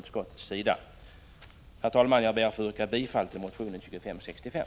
Jag ber att få yrka bifall till motion 1984/85:2565.